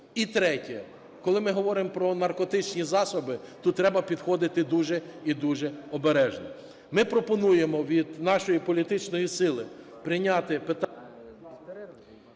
І третє. Коли ми говоримо про наркотичні засоби, тут треба підходити дуже і дуже обережно. Ми пропонуємо від нашої політичної сили прийняти…